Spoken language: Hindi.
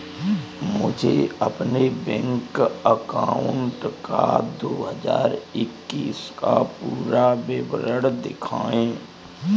मुझे अपने बैंक अकाउंट का दो हज़ार इक्कीस का पूरा विवरण दिखाएँ?